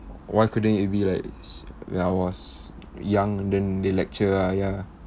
why couldn't it be like s~ when I was young then they lecture ah ya